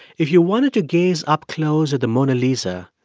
if you wanted to gaze up close at the mona lisa,